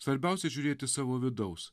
svarbiausia žiūrėti savo vidaus